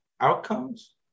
outcomes